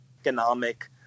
economic